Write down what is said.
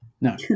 No